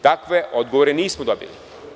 Takve odgovore nismo dobili.